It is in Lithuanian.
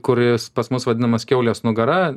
kuris pas mus vadinamas kiaulės nugara